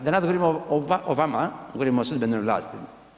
Danas govorimo o vama, govorimo o sudbenoj vlasti.